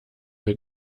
wir